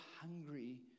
hungry